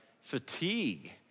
fatigue